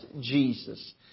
Jesus